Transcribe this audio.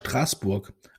straßburg